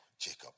Jacob